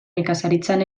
nekazaritzan